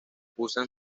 usan